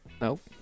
Nope